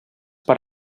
per